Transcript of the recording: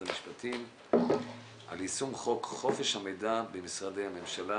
המשפטים על יישום חוק חופש המידע במשרדי הממשלה